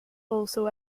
also